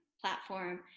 platform